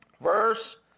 Verse